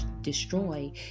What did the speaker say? destroy